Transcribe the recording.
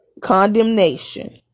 condemnation